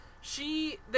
she-